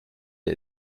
der